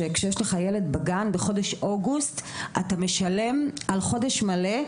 שכשיש לך ילד בגן בחודש אוגוסט - אתה משלם על חודש מלא,